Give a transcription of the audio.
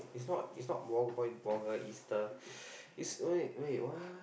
it's not it's not ball ball ball girl it's the it's wait wait what